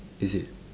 is it